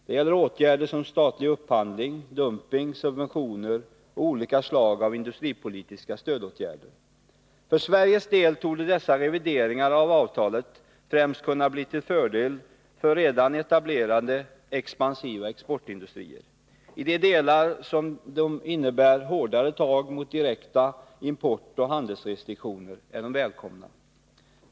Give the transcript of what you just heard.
Det gäller åtgärder som statlig upphandling, dumping, subventioner och olika slag av industripolitiska stödåtgärder. För Sveriges del torde dessa revideringar av avtalet främst kunna bli till fördel för redan etablerade expansiva exportindustrier. I de delar där de innebär hårdare tag mot direkta importoch handelsrestriktioner är de välkomna.